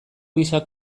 gisa